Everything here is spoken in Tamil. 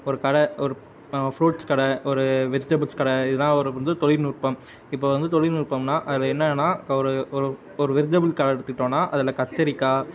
ஒரு கடை ஒரு ஃப்ரூட்ஸ் கடை ஒரு வெஜிடேபிள்ஸ் கடை இதெலாம் ஒரு வந்து தொழில்நுட்பம் இப்போ வந்து தொழில்நுட்பம்னால் அதில் என்னென்னால் இப்போ ஒரு ஒரு ஒரு வெஜிடேபிள் கடை எடுத்துக்கிட்டோன்னால் அதில் கத்திரிக்காய்